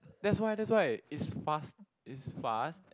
that's why that's why it's fast it's fast